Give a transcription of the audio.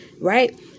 Right